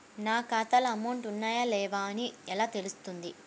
నా ఖాతాలో అమౌంట్ ఉన్నాయా లేవా అని ఎలా తెలుస్తుంది?